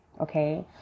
okay